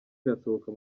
irasohoka